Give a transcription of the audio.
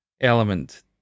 element